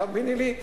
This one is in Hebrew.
תאמיני לי,